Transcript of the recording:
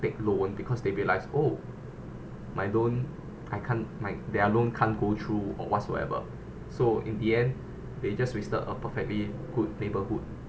take loan because they realize oh my loan I can't my their loan can't go through or whatsoever so in the end they just wasted a perfectly good neighborhood